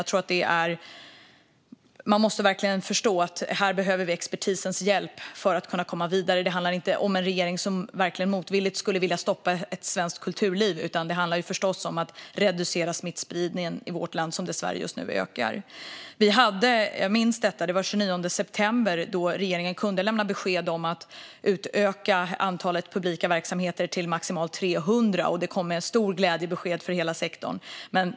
Jag tror att man verkligen måste förstå att vi behöver expertisens hjälp för att komma vidare; det handlar inte om att regeringen vill stoppa ett svenskt kulturliv, utan det handlar förstås om att reducera smittspridningen i vårt land - som dessvärre just nu ökar. Jag minns att det var den 29 september som regeringen kunde lämna besked om en utökning av antalet deltagare vid publika verksamheter till maximalt 300, vilket blev ett stort glädjebesked för hela sektorn.